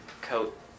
coat